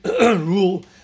rule